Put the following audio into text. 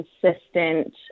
consistent